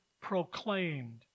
proclaimed